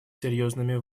серьезными